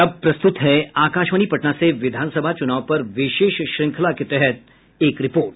और अब प्रस्तुत है आकाशवाणी पटना से विधान सभा चुनाव पर विशेष श्रृंखला के तहत एक रिपोर्ट